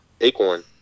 acorn